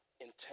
intent